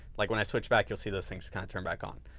like when i switched back, you'll see those things kind of turn back on.